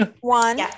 one